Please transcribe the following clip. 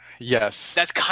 Yes